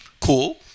cool